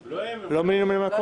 אפשר עד שלושה ממלאי מקום